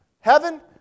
Heaven